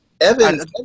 Evans